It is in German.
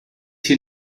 hier